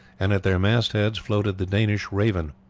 and at their mast-heads floated the danish raven.